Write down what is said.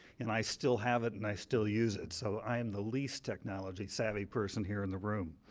and i still have it and i still use it, so i am the least technology savvy person here in the room.